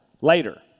later